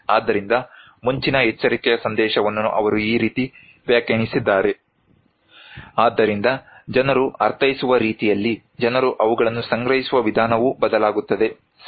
ಆದ್ದರಿಂದ ಮುಂಚಿನ ಎಚ್ಚರಿಕೆಯ ಸಂದೇಶವನ್ನು ಅವರು ಈ ರೀತಿ ವ್ಯಾಖ್ಯಾನಿಸಿದ್ದಾರೆ ಆದ್ದರಿಂದ ಜನರು ಅರ್ಥೈಸುವ ರೀತಿಯಲ್ಲಿ ಜನರು ಅವುಗಳನ್ನು ಗ್ರಹಿಸುವ ವಿಧಾನವು ಬದಲಾಗುತ್ತದೆ ಸರಿ